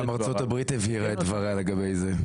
גם ארצות הברית הבהירה את דבריה לגבי זה.